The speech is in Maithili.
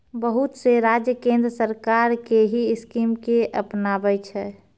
बहुत से राज्य केन्द्र सरकार के ही स्कीम के अपनाबै छै